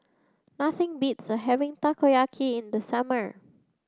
nothing beats having Takoyaki in the summer